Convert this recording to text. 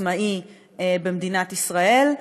העצמאי במדינת ישראל.